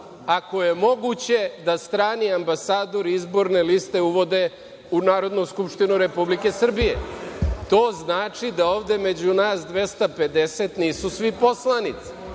ako je moguće da strani ambasadori izborne liste uvode u Narodnu skupštinu Republike Srbije. To znači da ovde među nas 250 nisu svi poslanici,